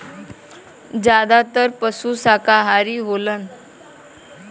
जादातर पसु साकाहारी होलन